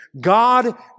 God